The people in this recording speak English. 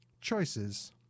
choices